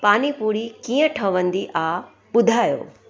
पानीपूरी कीअं ठहिंदी आहे ॿुधायो